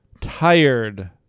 Tired